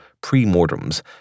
pre-mortems